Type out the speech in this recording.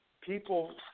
people